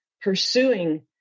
pursuing